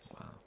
wow